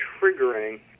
triggering